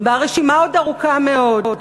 והרשימה עוד ארוכה מאוד.